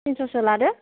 थिनस'सो लादो